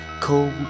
Cold